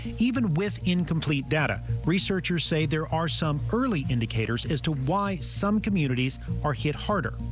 even with incomplete data. researchers say there are some early indicators as to why some communities are hit harder.